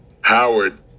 Howard